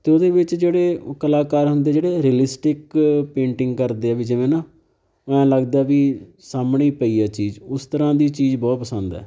ਅਤੇ ਉਹਦੇ ਵਿੱਚ ਜਿਹੜੇ ਕਲਾਕਾਰ ਹੁੰਦੇ ਜਿਹੜੇ ਰਿਲਿਸਟਿਕ ਪੇਂਟਿੰਗ ਕਰਦੇ ਆ ਵੀ ਜਿਵੇਂ ਨਾ ਐਂ ਲੱਗਦਾ ਵੀ ਸਾਹਮਣੇ ਪਈ ਹੈ ਚੀਜ਼ ਉਸ ਤਰ੍ਹਾਂ ਦੀ ਚੀਜ਼ ਬਹੁਤ ਪਸੰਦ ਹੈ